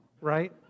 right